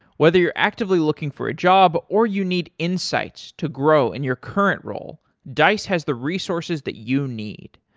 whether you're actively looking for a job or you need insights to grow in your current role, dice has the resources that you need.